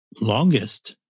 longest